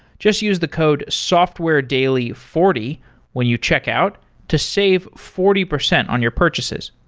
just use the code software daily forty when you check out to save forty percent on your purchases,